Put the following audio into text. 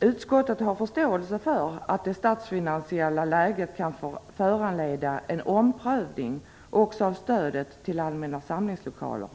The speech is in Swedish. Utskottet har förståelse för att det statsfinansiella läget kan föranleda en omprövning också av stödet till allmänna samlingslokaler.